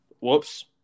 whoops